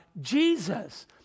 Jesus